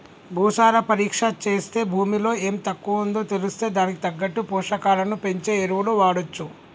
భూసార పరీక్ష చేస్తే భూమిలో ఎం తక్కువుందో తెలిస్తే దానికి తగ్గట్టు పోషకాలను పెంచే ఎరువులు వాడొచ్చు